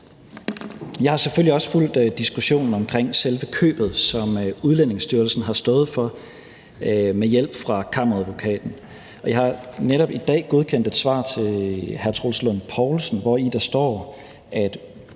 Jeg har selvfølgelig også fulgt diskussionen om selve købet, som Udlændingestyrelsen har stået for med hjælp fra Kammeradvokaten, og jeg har netop i dag godkendt et svar til hr. Troels Lund Poulsen, hvori der står, at